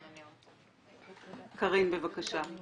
קארין, בבקשה.